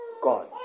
God